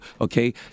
Okay